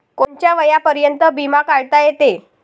कोनच्या वयापर्यंत बिमा काढता येते?